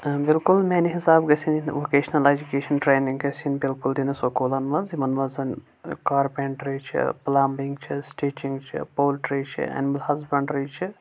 بالکُل میانہِ حساب گژھِ نہٕ وکیشنل ایجوٗکیشنل ٹریننگ گژھِ یِن بالکُل دِنہٕ سکوٗلن منٛز یِمن منٛز زَن کارپینٹری چھےٚ پلمٛبِنگ چھےٚ سٹیۭچِنگ چھےٚ پولٹری چھِ اینمل ہسبنڈری چھےٚ